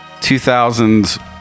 2000s